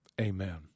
Amen